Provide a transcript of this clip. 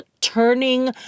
Turning